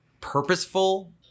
purposeful